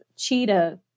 cheetah